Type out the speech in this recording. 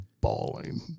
bawling